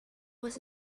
was